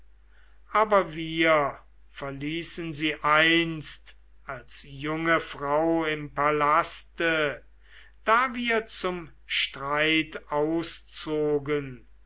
ach wir verließen sie einst als junge frau im palaste da wir zum streit auszogen